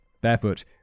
Barefoot